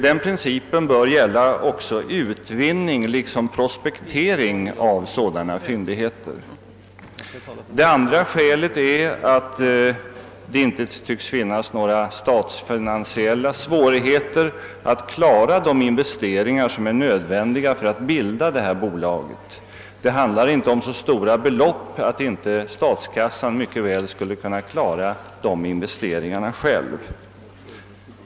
Den principen bör gälla också utvinning liksom prospektering av sådana fyndigheter. Det andra skälet är att det inte tycks finnas några statsfinansiella svårigheter att klara de investeringar som är nödvändiga för att bilda detta bolag. Det handlar inte om så stora belopp att inte statskassan mycket väl skulle kunna klara investeringarna.